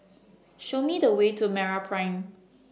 Show Me The Way to Meraprime